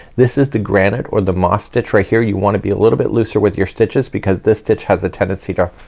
this is the granite or the moss stitch right here. you wanna be a little bit looser with your stitches because this stitch has a tendency to urrr,